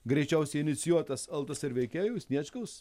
greičiausiai inicijuotas ltsr veikėjų sniečkaus